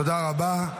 תודה רבה.